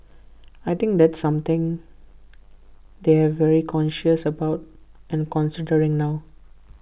I think that's something they're very conscious about and considering now